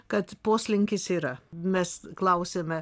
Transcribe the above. kad poslinkis yra mes klausiame